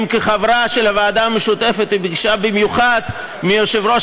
אם כחברת הוועדה המשותפת היא ביקשה במיוחד מיושב-ראש